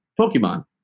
Pokemon